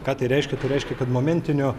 ką tai reiškia tai reiškia kad momentinio